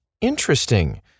Interesting